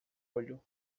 olho